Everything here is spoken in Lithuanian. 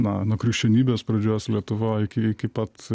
na nuo krikščionybės pradžios lietuvoj iki pat